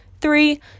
Three